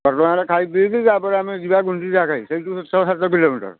ଘଟଗାଁରେ ଖାଇପିଇକି ତା'ପରେ ଆମେ ଯିବା ଗୁଣ୍ଡିଚାଘାଇ ସେହିଠାରୁ ଛଅ ସାତ କିଲୋମିଟର୍